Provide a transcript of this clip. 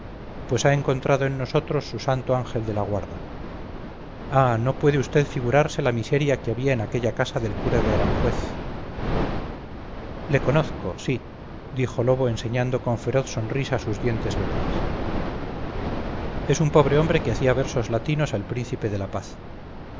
pues ha encontrado en nosotros su santo ángel de la guarda ah no puede usted figurarse la miseria que había en aquella casa del cura de aranjuez le conozco sí dijo lobo enseñando con ferozsonrisa sus dientes verdes es un pobre hombre que hacía versos latinos al príncipe de la paz